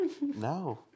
No